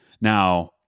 now